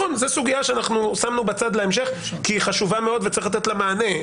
זו סוגייה שאנחנו ששמנו בצד להמשך כי היא חשובה מאוד וצריך לתת לה מענה,